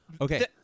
Okay